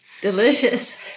Delicious